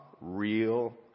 real